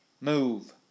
Move